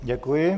Děkuji.